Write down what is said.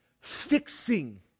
fixing